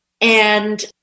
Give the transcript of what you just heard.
And-